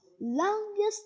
longest